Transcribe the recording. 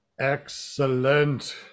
Excellent